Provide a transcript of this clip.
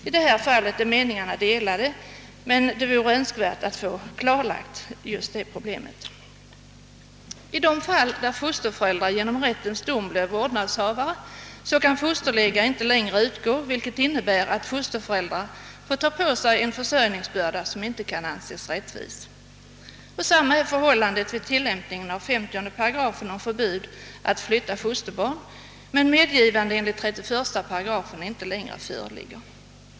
I detta avseende är meningarna delade, men det vore önskvärt om problemet kunde lösas. I de fall där fosterföräldrar genom rättens dom blir vårdnadshavare kan fosterlega ej längre utgå, vilket innebär att fosterföräldrar får ta på sig en försörjningsbörda som inte kan anses rättvis. Detsamma är förhållandet vid tilllämpning av 50 §& om förbud att flytta fosterbarn när medgivande enligt 31 § ej längre föreligger.